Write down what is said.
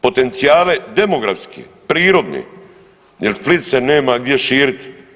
Potencijale demografske, prirodne jer Split se nema gdje širiti.